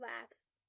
laughs